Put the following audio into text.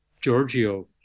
Giorgio